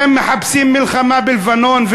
אתם מחפשים מלחמה בלבנון,